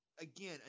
again